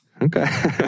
Okay